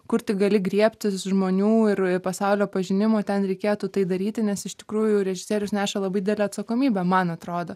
kur tik gali griebtis žmonių ir pasaulio pažinimo ten reikėtų tai daryti nes iš tikrųjų režisierius neša labai didelę atsakomybę man atrodo